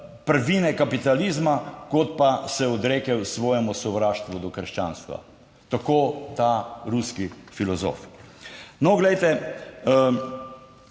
prvine kapitalizma, kot pa se odrekel svojemu sovraštvu do krščanstva; tako ta ruski filozof. No, glejte,